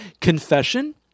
Confession